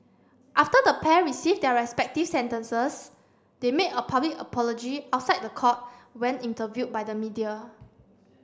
after the pair received their respective sentences they made a public apology outside the court when interviewed by the media